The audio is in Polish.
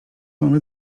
mamy